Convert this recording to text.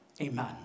Amen